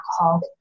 alcohol